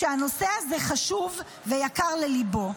שהנושא הזה חשוב ויקר לליבו.